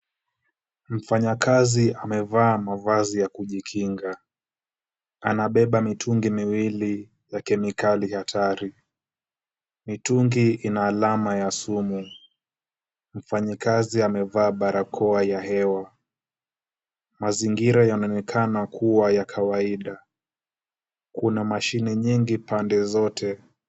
Mfanyakazi amevaa mavazi ya kujikinga. Anabeba mitungi miwili ya kemikali hatari. Mitungi ina alama ya sumu. Mfanyakazi amevaa barakoa ya hewa. Mazingira yanaonekana kuwa ya kawaida. Kuna mashine mingi pande zote.